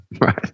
Right